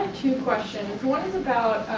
two questions. one is about,